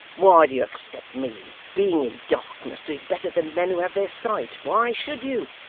why do you expect me, being in darkness, to be better than men who have their sight why should you?